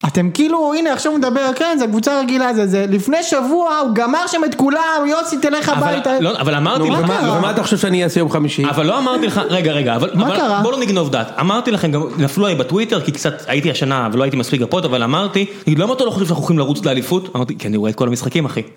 אתם כאילו, הנה עכשיו הוא מדבר, כן, זה קבוצה רגילה, זה, זה, לפני שבוע הוא גמר שם את כולם, "יוסי תלך הביתה" -אבל לא, אבל אמרתי, נו מה... -ומה אתה חושב שאני אעשה יום חמישי? -אבל לא אמרתי לך, רגע רגע, אבל, -מה קרה? -בוא לא נגנוב דעת, אמרתי לכם גם, נפלו עליי בטוויטר, כי קצת הייתי השנה, ולא הייתי מספיק דקות, אבל אמרתי, "תגיד למה אתה לא חושב שאנחנו הולכים לרוץ לאליפות?" אמרתי, כי אני רואה את כל המשחקים, אחי.